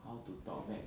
how to talk back